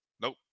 Nope